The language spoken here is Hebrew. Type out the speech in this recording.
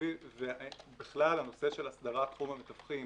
נושא הסדרת תחום המתווכים